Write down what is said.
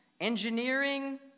engineering